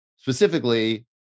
Specifically